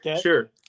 Sure